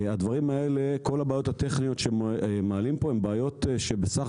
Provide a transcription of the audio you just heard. כל הבעיות הטכניות שמעלים פה הן בעיות שבסך